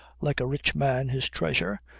like a rich man his treasure,